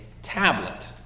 Tablet